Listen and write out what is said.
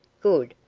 good!